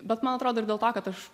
bet man atrodo ir dėl to kad aš